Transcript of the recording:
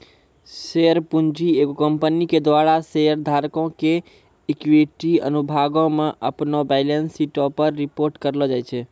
share पूंजी एगो company के द्वारा शेयर धारको के इक्विटी अनुभागो मे अपनो बैलेंस शीटो पे रिपोर्ट करलो जाय छै